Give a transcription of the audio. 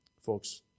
folks